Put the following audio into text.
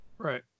right